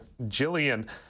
Jillian